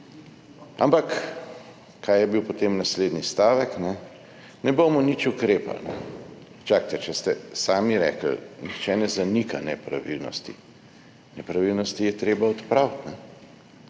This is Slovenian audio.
Ampak kaj je bil potem naslednji stavek? »Ne bomo nič ukrepali.« Čakajte, če ste sami rekli nihče ne zanika nepravilnosti, nepravilnosti je treba odpraviti,